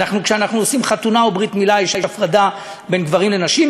כשאנחנו עושים חתונה או ברית-מילה יש הפרדה בין גברים לנשים,